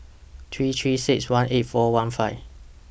three three six one eight four one five